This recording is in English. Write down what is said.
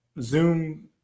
zoom